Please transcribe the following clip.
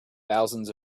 thousands